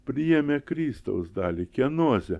priėmė kristaus dalį kienozę